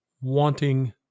wanting